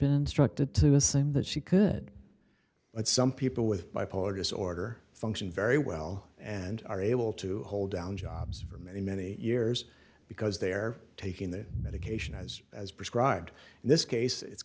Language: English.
destructed to assume that she could but some people with bipolar disorder function very well and are able to hold down jobs for many many years because they're taking the medication as as prescribed in this case it's